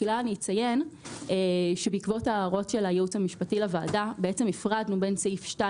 אני אציין שבעקבות ההערות של הייעוץ המשפטי לוועדה הפרדנו בין סעיף 2